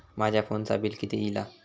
माझ्या फोनचा बिल किती इला?